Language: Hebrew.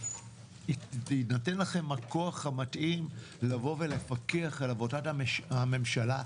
בהינתן לכם הכוח המתאים לבוא ולפקח על עבודת הממשלה,